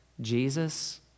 Jesus